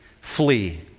flee